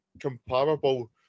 comparable